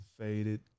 faded